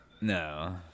No